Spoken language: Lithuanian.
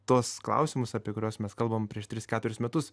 tuos klausimus apie kuriuos mes kalbam prieš tris keturis metus